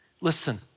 Listen